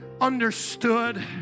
understood